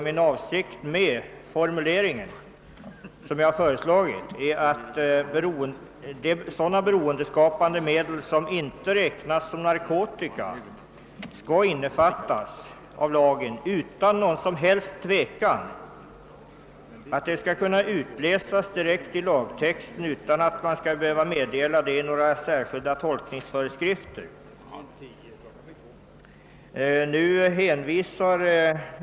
Min avsikt med den föreslagna formuleringen är att missbruk av sådana beroendeskapande medel som inte räknas som narkotika utan någon som helst tvekan skall falla under lagen. Man bör alltså kunna utläsa det direkt ur lagen utan att behöva gå till några särskilda töolkningsföreskrifter.